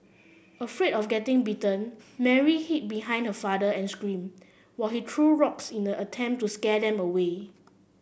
afraid of getting bitten Mary hid behind her father and screamed while he threw rocks in an attempt to scare them away